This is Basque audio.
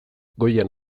goian